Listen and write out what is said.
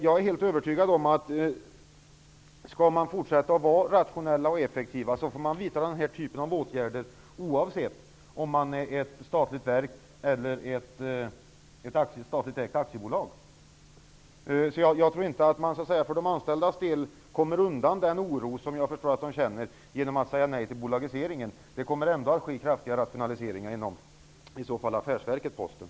Jag är helt övertygad om att man, om Posten skall fortsätta att vara rationell och effektiv, får lov att vidta den här typen av åtgärder oavsett om Posten är ett statligt verk eller ett statligt ägt aktiebolag. Jag tror därför inte att man för de anställdas del kommer undan den oro som jag förstår att de känner genom att säga nej till bolagiseringen. Det kommer att ske kraftiga rationaliseringar även om Posten fortsätter att vara ett affärsverk.